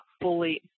fully